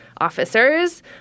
officers